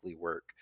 work